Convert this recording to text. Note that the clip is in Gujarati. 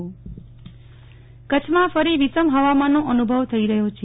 નેહલ ઠક્કર વામાન કરછમાં ફરી વિષમાં હવામાનનો અનુભવ થઇ રહ્યો છે